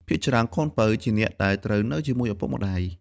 ភាគច្រើន កូនពៅ ជាអ្នកដែលត្រូវនៅជាមួយឪពុកម្តាយ។